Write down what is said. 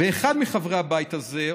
אחד מחברי הבית הזה,